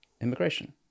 immigration